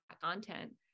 content